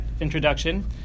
introduction